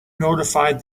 notified